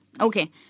Okay